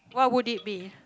what would it be